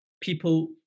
people